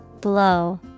Blow